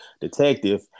detective